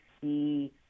see